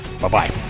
Bye-bye